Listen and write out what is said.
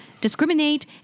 discriminate